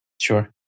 Sure